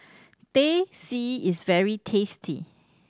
Teh C is very tasty